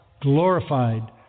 glorified